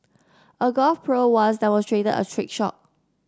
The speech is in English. a golf pro once demonstrated a trick shot